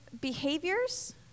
behaviors